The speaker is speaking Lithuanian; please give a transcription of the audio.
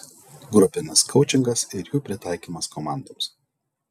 grupinis koučingas ir jų pritaikymas komandoms